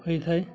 ହୋଇଥାଏ